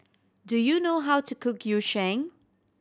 do you know how to cook Yu Sheng